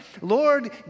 Lord